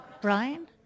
Brian